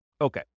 Okay